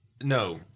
No